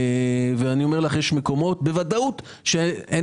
ואני אומר לך: יש מקומות שבוודאות אין